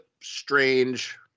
strange –